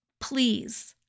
please